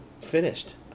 finished